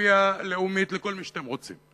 רקטוסקופיה לאומית לכל מי שאתם רוצים.